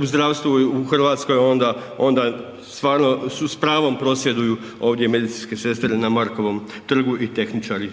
u zdravstvu i u Hrvatskoj, onda stvarno s pravom prosvjeduju ovdje medicinske sestre na Markovom trgu i tehničari.